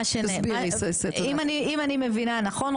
אם אני מבינה נכון,